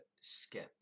skip